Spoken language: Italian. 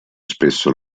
spesso